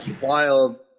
wild